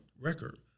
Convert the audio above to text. record